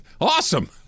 Awesome